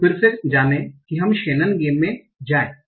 तो फिर से जानें कि हम शैनन गेम में जाएं